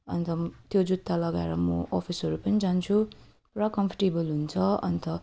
अन्त त्यो जुत्ता लगाएर म अफिसहरू पनि जान्छु पुरा कम्फोर्टेबल हुन्छ अन्त